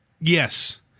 yes